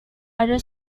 ada